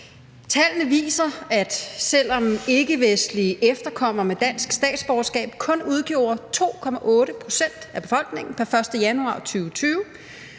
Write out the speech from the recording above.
Tallene viser, at selv om ikkevestlige efterkommere med dansk statsborgerskab kun udgjorde 2,8 pct. af befolkningen pr. 1. januar 2020,